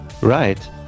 Right